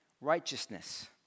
righteousness